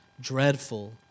dreadful